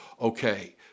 okay